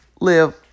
live